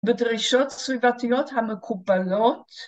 בדרישות סביבתיות המקובלות